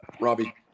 Robbie